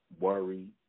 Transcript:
worry